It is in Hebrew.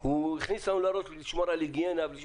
והוא הכניס לנו לראש שצריך לשמור על היגיינה.